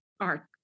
art